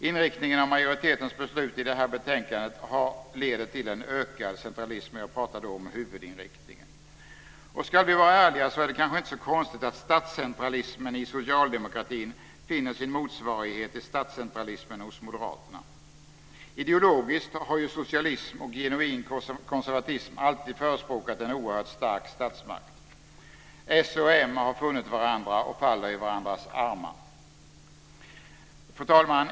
Inriktningen av majoritetens beslut i det här betänkandet leder till en ökad centralism - jag pratar då om huvudinriktningen. Och ska vi vara ärliga är det kanske inte så konstigt att statscentralismen i socialdemokratin finner sin motsvarighet i statscentralismen hos moderaterna. Ideologiskt har ju socialism och genuin konservatism alltid förespråkat en oerhört stark statsmakt. Socialdemokraterna och moderaterna har funnit varandra och faller i varandras armar. Fru talman!